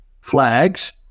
flags